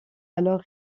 alors